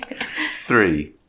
Three